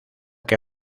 que